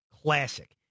classic